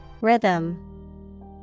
Rhythm